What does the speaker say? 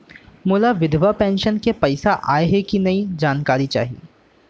मोला विधवा पेंशन के पइसा आय हे कि नई जानकारी चाही?